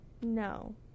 No